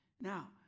Now